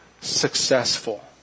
successful